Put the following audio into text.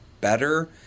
better